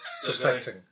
suspecting